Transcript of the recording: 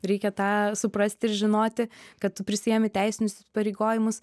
reikia tą suprasti ir žinoti kad tu prisiėmi teisinius įsipareigojimus